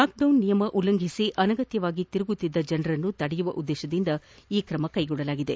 lockdown ನಿಯಮ ಉಲ್ಲಂಘಿಸಿ ಅನಗತ್ತವಾಗಿ ತಿರುಗುತ್ತಿರುವ ಜನರನ್ನು ತಡೆಯುವ ಉದ್ದೇಶದಿಂದ ಈ ಕ್ರಮ ಕೈಗೊಳ್ಳಲಾಗಿದೆ